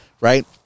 right